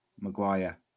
Maguire